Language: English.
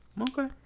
Okay